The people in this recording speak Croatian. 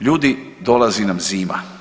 Ljudi, dolazi nam zima.